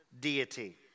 deity